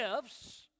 gifts